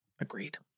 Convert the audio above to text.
Agreed